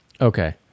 Okay